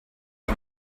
you